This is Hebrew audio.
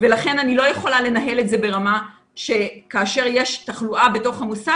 ולכן אני לא יכולה לנהל את זה שכאשר יש תחלואה בתוך המוסד